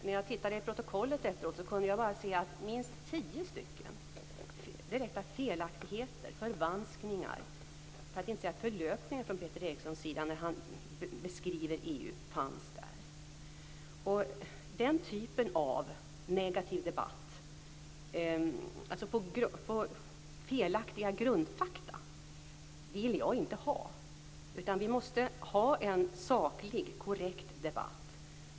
När jag tittade i protokollet efteråt kunde jag se minst tio stycken direkta felaktigheter, förvanskningar, för att inte säga förlöpningar, i Peter Erikssons beskrivningar av EU. Den typen av negativ debatt, uppbyggd på felaktiga grundfakta, vill jag inte ha. Vi måste ha en saklig korrekt debatt.